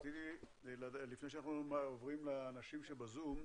לפני שנעבור לאנשים בזום,